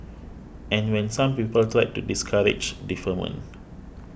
and when some people tried to discourage deferment